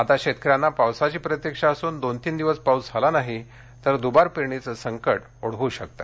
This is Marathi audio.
आता शेतकऱ्यांना पावसाची प्रतिक्षा असून दोन तीन पाऊस झाला नाही तर दुबार पेरणीचं संकट ओढवू शकतं